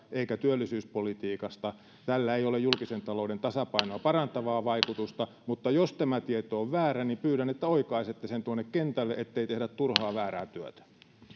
eikä työllisyyspolitiikasta ja tällä ei ole julkisen talouden tasapainoa parantavaa vaikutusta mutta jos tämä tieto on väärä niin pyydän että oikaisette sen tuonne kentälle ettei tehdä turhaa väärää työtä